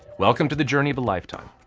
welcome to the journey of a lifetime,